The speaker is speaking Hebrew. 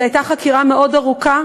זאת הייתה חקירה מאוד ארוכה,